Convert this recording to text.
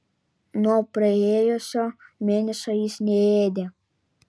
nuo praėjusio mėnesio jis neėdė